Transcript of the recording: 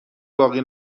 باقی